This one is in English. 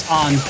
on